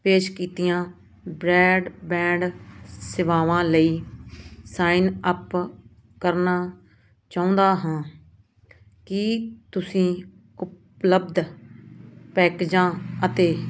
ਪੇਸ਼ ਕੀਤੀਆਂ ਬ੍ਰੈਡਬੈਂਡ ਸੇਵਾਵਾਂ ਲਈ ਸਾਈਨਅਪ ਕਰਨਾ ਚਾਹੁੰਦਾ ਹਾਂ ਕੀ ਤੁਸੀਂ ਉਪਲੱਬਧ ਪੈਕਜਾਂ ਅਤੇ